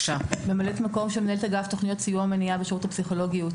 ממלאת מקום של מנהלת אגף תכניות סיוע ומניעה בשירות הפסיכולוגי-ייעוצי,